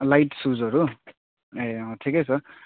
light सुजहरू ए अँ ठिकै छ